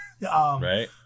Right